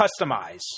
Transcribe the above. customize